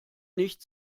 nicht